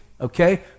okay